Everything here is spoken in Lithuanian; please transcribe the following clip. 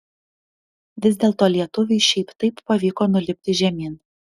vis dėlto lietuviui šiaip taip pavyko nulipti žemyn